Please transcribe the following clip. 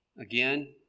Again